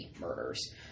murders